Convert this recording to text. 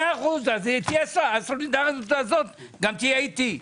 מאה אחוז, אז הסולידריות הזו גם תהיה אתי.